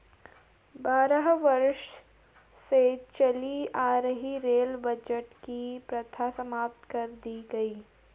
बारह वर्षों से चली आ रही रेल बजट की प्रथा समाप्त कर दी गयी